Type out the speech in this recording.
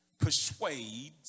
persuades